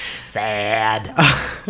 sad